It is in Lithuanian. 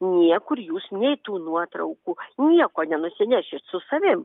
niekur jūs nei tų nuotraukų nieko nenusinešit su savim